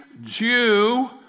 Jew